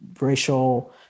racial